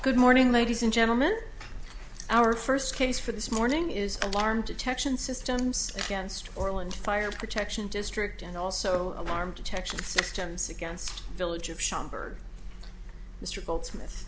good morning ladies and gentlemen our first case for this morning is alarm detection systems against orland fire protection district and also alarm detection systems against